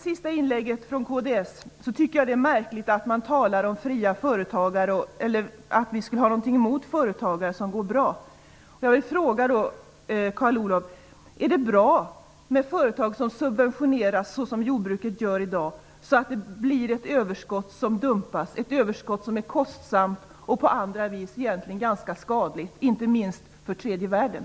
Jag tycker att det är märkligt att Carl Olov Persson påstår att vi socialdemokrater skulle ha någonting emot att det går bra för fria företagare. Jag vill fråga Carl Olov Persson: Är det bra att företag subventioneras så som jordbruket gör i dag, så att ett överskott uppstår? Det är ett överskott som är både kostsamt och på andra vis skadligt, inte minst för tredje världen.